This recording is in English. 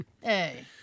Hey